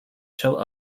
show